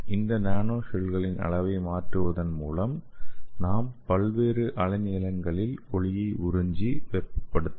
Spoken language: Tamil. இந்த நானோஷெல்களின் அளவை மாற்றுவதன் மூலம் நாம் பல்வேறு அலைநீளங்களில் ஒளியை உறிஞ்சி வெப்பப்படுத்தலாம்